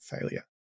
failure